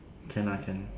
can I can